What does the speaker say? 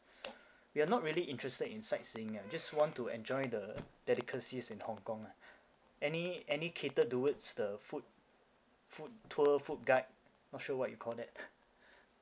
we are not really interested in sightseeing ah just want to enjoy the delicacies in hong kong ah any any catered towards the food food tour food guide not sure what you call that